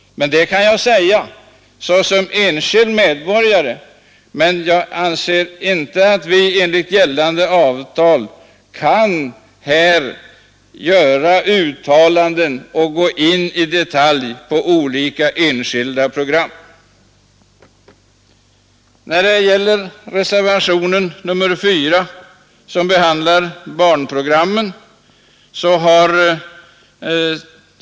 Detta kan jag säga som enskild medborgare, men enligt gällande avtal anser jag inte att vi här kan göra uttalanden och i detalj gå in på olika enskilda program. Reservationen 4 behandlar barnprogrammen.